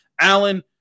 Alan